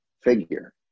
figure